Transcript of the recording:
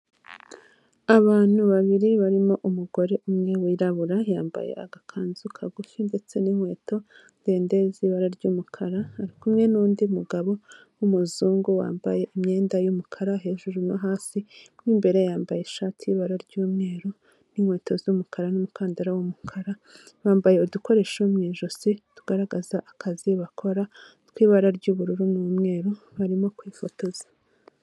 Abantu babiri barimo umugore umwe wirabura yambaye agakanzu kagufi ndetse n'inkweto ndende zibara ry'umukara, ari kumwe n'undi mugabo wumuzungu wambaye imyenda y'umukara, hejuru no hasi imwebere yambaye ishati y'ibara ry'umweru n'inkweto z'umukara n'umukandara wumukara, bambaye udukoresho mu ijosi tugaragaza akazi bakora mu ibara ry'ubururu n'umweru barimo kwifotoza.